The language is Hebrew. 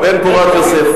בן פורת יוסף.